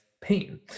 pain